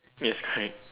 yes correct